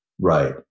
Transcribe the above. Right